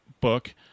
book